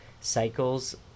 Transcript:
cycles